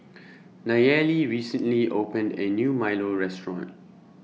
Nayeli recently opened A New Milo Restaurant